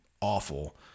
awful